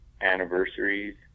anniversaries